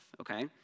okay